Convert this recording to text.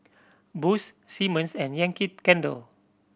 Boost Simmons and Yankee Candle